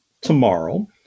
tomorrow